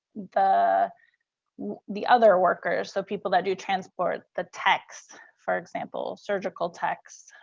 the the other workers, so people that do transport the text, for example, surgical texts,